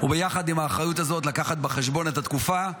וביחד עם האחריות הזאת לקחת בחשבון את התקופה,